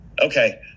Okay